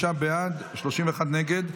בעד, 31 נגד.